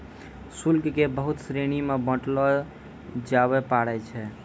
शुल्क क बहुत श्रेणी म बांटलो जाबअ पारै छै